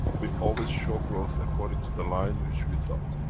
we always show growth according to the line which we thought.